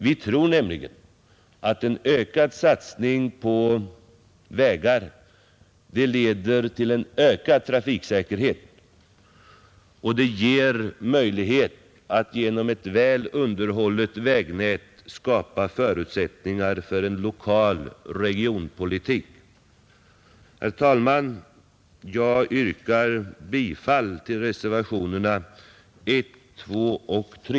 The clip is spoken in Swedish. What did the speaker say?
Vi tror nämligen att en ökad satsning på vägar leder till ökad trafiksäkerhet och ger möjlighet att genom ett väl underhållet vägnät skapa förutsättningar för en lokal regionpolitik. Herr talman! Jag yrkar bifall till reservationerna 1, 2 och 3.